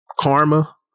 karma